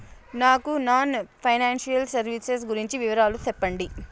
నాకు non financial services గురించి వివరాలు సెప్పండి?